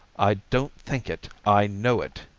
i don't think it, i know it,